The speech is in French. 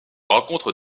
rencontre